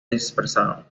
dispersaron